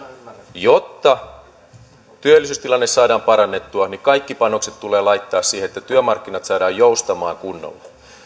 jotta työllisyystilanne saadaan parannettua niin kaikki panokset tulee laittaa siihen että työmarkkinat saadaan joustamaan kunnolla